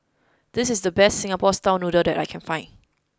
this is the best Singapore style noodles that I can find